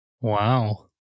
Wow